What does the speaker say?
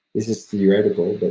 is theoretical, but